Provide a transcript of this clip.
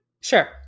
Sure